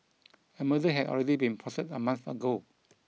a murder had already been plotted a month ago